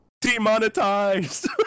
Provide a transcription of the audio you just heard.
demonetized